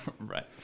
Right